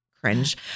cringe